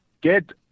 get